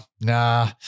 nah